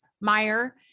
Meyer